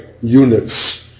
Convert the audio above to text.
units